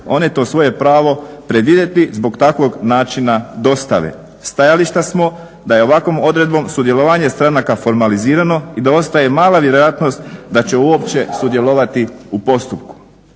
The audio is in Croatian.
one to svoje pravo predvidjeti zbog takvog načina dostave. Stajališta smo da je ovakvom odredbom sudjelovanje stranaka formalizirano i da ostaje mala vjerojatnost da će uopće sudjelovati u postupku.